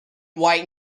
white